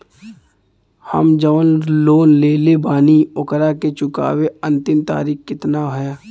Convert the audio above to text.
हम जवन लोन लेले बानी ओकरा के चुकावे अंतिम तारीख कितना हैं?